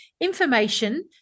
information